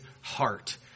heart